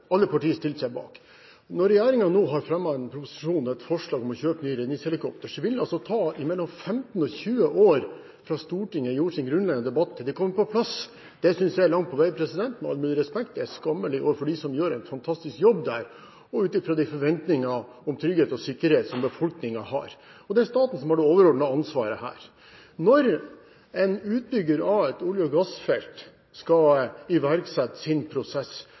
alle partier stilte seg bak. Når regjeringen nå har fremmet en proposisjon, et forslag, om å kjøpe nye redningshelikoptre, vil det altså ta 15–20 år fra Stortinget hadde sin grunnleggende debatt til det er kommet på plass. Det synes jeg langt på vei – med all mulig respekt – er skammelig overfor dem som gjør en fantastisk jobb ut fra de forventninger om trygghet og sikkerhet som befolkningen har. Det er staten som har det overordnede ansvaret her. Når en utbygger av et olje- og gassfelt skal iverksette sin prosess,